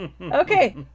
okay